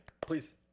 Please